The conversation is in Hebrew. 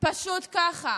פשוט ככה.